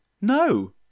No